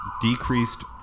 decreased